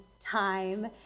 time